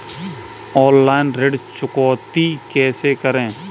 Online ऋण चुकौती कैसे करें?